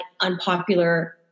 unpopular